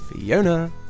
Fiona